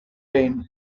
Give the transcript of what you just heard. rain